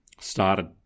started